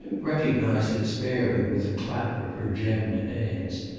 recognised its bearing with a clap of her gemmed hands.